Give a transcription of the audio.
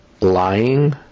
lying